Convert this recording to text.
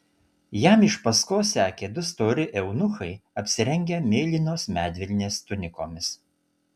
jam iš paskos sekė du stori eunuchai apsirengę mėlynos medvilnės tunikomis